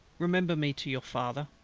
remember me to your father.